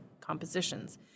compositions